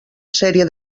sèrie